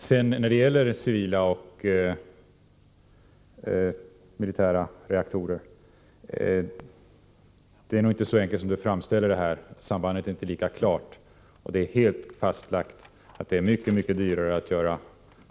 Sambandet mellan civila och militära reaktorer är nog inte så enkelt och klart som Oswald Söderqvist framställer det. Det är helt fastlagt att det är mycket dyrare att